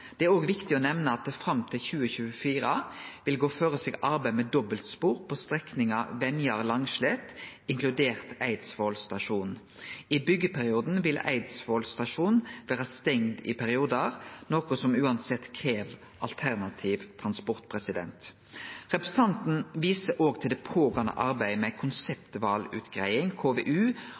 Det er òg viktig å nemne at det fram til 2024 vil gå føre seg arbeid med dobbeltspor på strekninga Venjar–Langslet, inkludert Eidsvoll stasjon. I byggjeperioden vil Eidsvoll stasjon vere stengd i periodar, noko som uansett krev alternativ transport. Representanten viser òg til det pågåande arbeidet med konseptvalutgreiing, KVU,